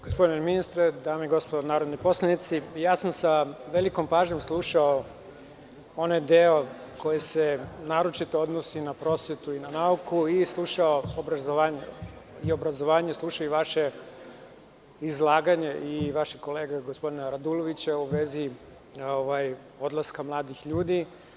Gospodine ministre, dame i gospodo narodni poslanici, sa velikom pažnjom sam slušao onaj deo koji se naročito odnosi na prosvetu, nauku i obrazovanje i slušao vaše izlaganje i izlaganje vašeg kolege Radulovića u vezi odlaska mladih ljudi.